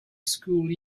school